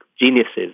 geniuses